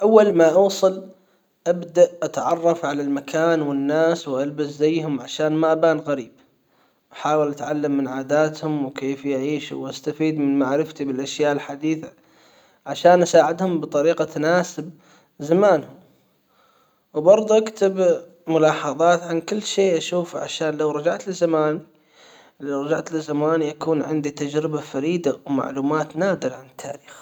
اول ما اوصل ابدأ اتعرف على المكان والناس والبس زيهم عشان ما ابان غريب حاول تعلم من عاداتهم وكيف يعيش واستفيد من معرفتي بالاشياء الحديثة عشان اساعدهم بطريقة تناسب زمانهم وبرضو اكتب ملاحظات عن كل شيء اشوفه عشان لو رجعت لزمان لو رجعت لزماني يكون عندي تجربة فريدة ومعلومات نادرة عن التاريخ